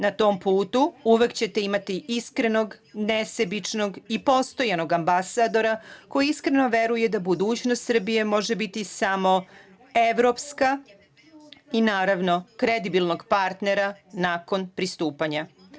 Na tom putu uvek ćete imati iskrenog, nesebičnog i postojanog ambasadora, koji iskreno veruje da budućnost Srbije može biti samo evropska i, naravno, kredibilnog partnera nakon pristupanja.